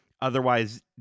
otherwise